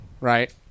right